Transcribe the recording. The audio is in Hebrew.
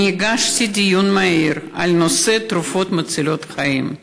אני הגשתי הצעה לדיון מהיר על נושא תרופות מצילות חיים.